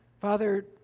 Father